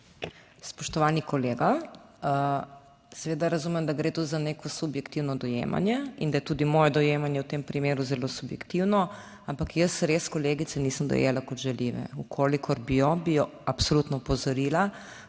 Spoštovani kolega, Seveda razumem, da gre tu za neko subjektivno dojemanje in da je tudi moje dojemanje v tem primeru zelo subjektivno, ampak jaz res kolegice nisem dojela kot žaljive, v kolikor bi jo, bi absolutno opozorila.